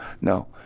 no